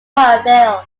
avail